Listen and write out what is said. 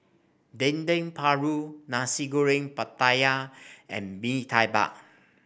Dendeng Paru Nasi Goreng Pattaya and Bee Tai Bak